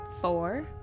Four